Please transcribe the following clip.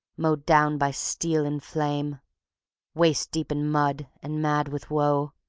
mowed down by steel and flame waist-deep in mud and mad with woe,